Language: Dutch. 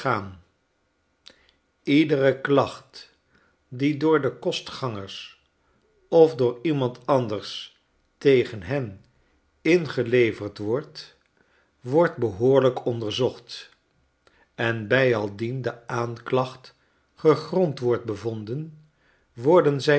iedere klacht die door de kostgangsters of door iemand anders tegen hen ingeleverd wordt wordt behoorlijk onderzocht en bijaldien de aanklacht gegrond wordt bevonden worden zy